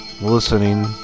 listening